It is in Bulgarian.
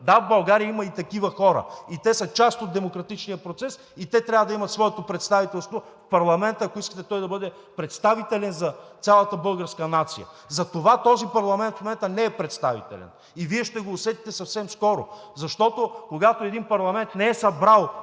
Да, в България има и такива хора, и те са част от демократичния процес, и те трябва да имат своето представителство в парламента, ако искате той да бъде представителен за цялата българска нация. Затова този парламент в момента не е представителен и Вие ще го усетите съвсем скоро, защото, когато един парламент не е събрал